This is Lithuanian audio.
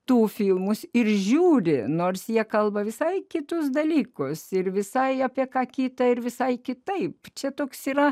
tu filmus ir žiūri nors jie kalba visai kitus dalykus ir visai apie ką kita ir visai kitaip čia toks yra